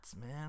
man